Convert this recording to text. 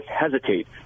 hesitate